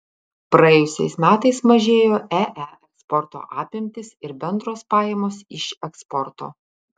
praėjusiais metais mažėjo ee eksporto apimtys ir bendros pajamos iš eksporto